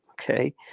Okay